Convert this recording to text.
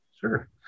sure